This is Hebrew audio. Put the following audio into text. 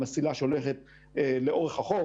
המסילה שהולכת לאורך החוף,